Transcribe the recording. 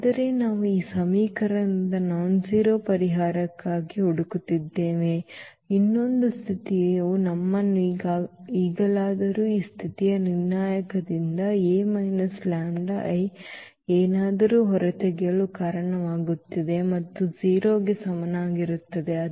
ಆದರೆ ನಾವು ಈ ಸಮೀಕರಣದ ಕ್ಷುಲ್ಲಕವಲ್ಲದ ಪರಿಹಾರಕ್ಕಾಗಿ ಹುಡುಕುತ್ತಿದ್ದೇವೆ ಇನ್ನೊಂದು ಸ್ಥಿತಿಯು ನಮ್ಮನ್ನು ಈಗಲಾದರೂ ಈ ಸ್ಥಿತಿಯ ನಿರ್ಣಾಯಕದಿಂದ A λI ಏನನ್ನಾದರೂ ಹೊರತೆಗೆಯಲು ಕಾರಣವಾಗುತ್ತಿದೆ ಮತ್ತು 0 ಗೆ ಸಮನಾಗಿರುತ್ತದೆ